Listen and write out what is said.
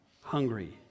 hungry